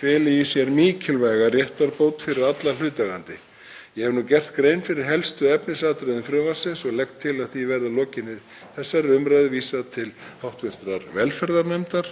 feli í sér mikilvæga réttarbót fyrir alla hlutaðeigandi. Ég hef nú gert grein fyrir helstu efnisatriðum frumvarpsins og legg til að því verði, að lokinni þessari umræðu, vísað til hv. velferðarnefndar